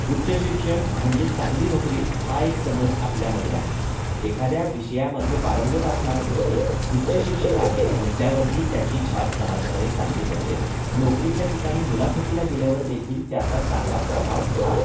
उच्च शिक्षण म्हणजे चांगली नोकरी हा एक समज आपल्यामध्ये आहे एखाद्या विषयामध्ये पारंगत असणारा व्यक्ती उच्चशिक्षित आहे म्हटल्यावरती त्याची छाप समाजामध्ये चांगली पडते नोकरीच्या ठिकाणी मुलाखतीला गेल्यावर देखील त्याचा चांगला प्रभाव हा